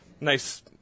Nice